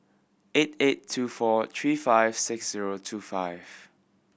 eight eight two four three five six zero two five